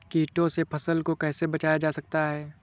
कीटों से फसल को कैसे बचाया जा सकता है?